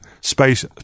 space